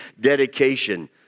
dedication